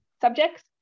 subjects